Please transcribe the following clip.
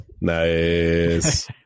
Nice